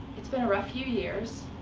it's been a rough few years.